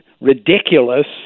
ridiculous